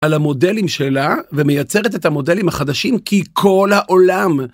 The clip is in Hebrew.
על המודלים שלה ומייצרת את המודלים החדשים כי כל העולם.